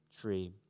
tree